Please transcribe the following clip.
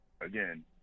again